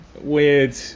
weird